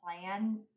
plan